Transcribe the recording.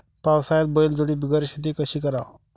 पावसाळ्यात बैलजोडी बिगर शेती कशी कराव?